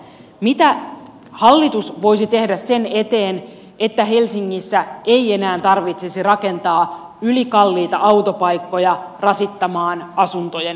mitä hallitus voisi tehdä sen eteen että helsingissä ei enää tarvitsisi rakentaa ylikalliita autopaikkoja rasittamaan asuntojen hintoja